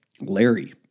Larry